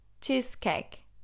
cheesecake